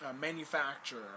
manufacturer